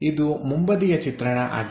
ಇದು ಮುಂಬದಿಯ ಚಿತ್ರಣ ಆಗಿದೆ